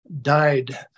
died